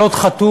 ועל עוד חתול,